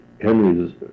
Henry's